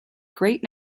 great